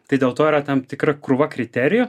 tai dėl to yra tam tikra krūva kriterijų